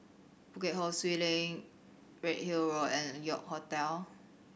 Bukit Ho Swee Link Redhill Road and York Hotel